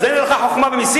אז זה נראה לך חוכמה במסים?